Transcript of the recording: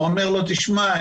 הוא אומר לו: תשמע,